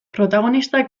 protagonista